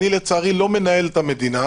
אני לצערי לא מנהל את המדינה,